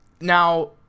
now